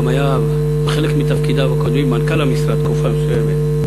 שגם היה בחלק מתפקידיו הקודמים מנכ"ל המשרד תקופה מסוימת.